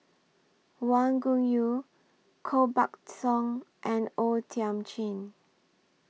Wang Gungwu Koh Buck Song and O Thiam Chin